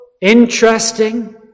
interesting